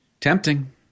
tempting